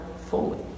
fully